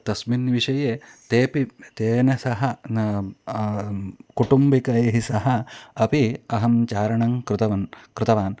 तस्मिन् विषये तेऽपि तेन सह कुटुम्बिकैः सह अपि अहं चारणं कृतवान् कृतवान्